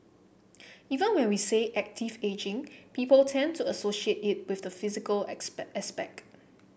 even when we say active ageing people tend to associate it with the physical aspect